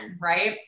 right